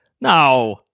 No